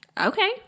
Okay